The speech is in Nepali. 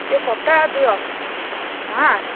एक हप्ता दुई हप्ता